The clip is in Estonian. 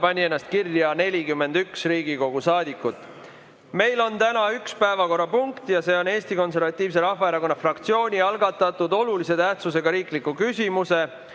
pani ennast kirja 41 Riigikogu saadikut. Meil on täna üks päevakorrapunkt ja see on Eesti Konservatiivse Rahvaerakonna fraktsiooni algatatud olulise tähtsusega riikliku küsimuse